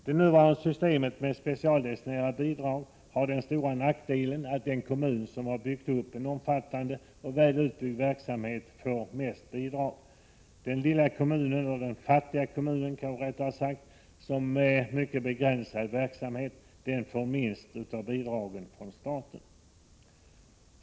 Det nuvarande systemet med specialdestinerade bidrag har den stora nackdelen att den kommun som har byggt upp en omfattande och väl utbyggd verksamhet får mest bidrag. Den fattiga kommunen med mycket begränsad verksamhet får minst av bidragen från staten.